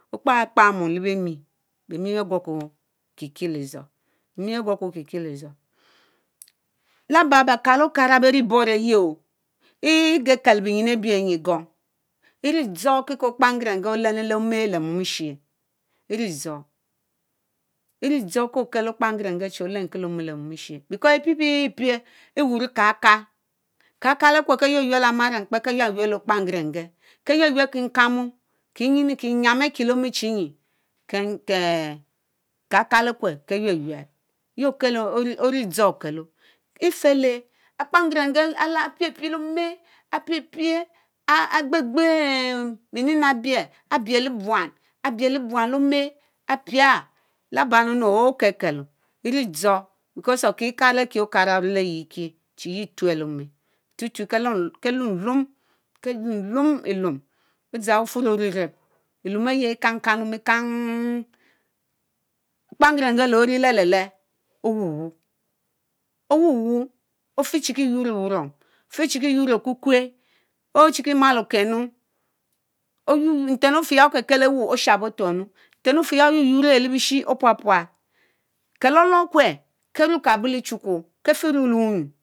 Okpa-kpá móm le bemi, bemi begorki;, Kieledzor; Lábá bekal Okárá berieboro Eyie Egekelo beyien Ebiényi-gong eridzor Kikie Okpangere-nge Olénu-le-Omé le-mom Eshie; Eridzor zx Enidzor kokel Okpangere-ngee chir-olenki le-ome lermom Echie Kekal because Epie-piéé-pie Ewuro-kekal, Akue ke-quel-yuel Amánákpé, Ke-yuel-yuel kinkamu, kiyam akie-lemo Chingie, Kákál okué ké yuel-yuel yiokelo keridzor okelo felée Akpongere-nge apiepiele ome, apiepie Agbegbe lé omé, Agbegbe bi-nena-abie Abielo-buán, Abielo buan lemo apia laba O'gekelo Eridzor because of Kie kal akie-okara Orileyeki Chi-yie-Etuelemo, Otutue kelumlum, Kelumlum Elum Odzang ufuró orep-rep Elumn eyie Ekangkang le-ome kángg Okpangere-ngee leori-lé-té-lé Owuwuu ofiechikie-yorr lewurum, ofiechikie-yuorr-le-okukue O'chikimal Okenu Oyuor nteno feeya okekel owun osharp otuópnu nten ofeeya oyuor-yuor E'eyie lebiohi Opuápuál; Kelolor Ekuee Keruokabo lé echuko; Kefierue lewunyuu.